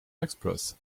express